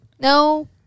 No